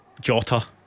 Jota